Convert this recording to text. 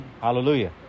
Hallelujah